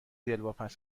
دلواپس